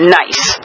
nice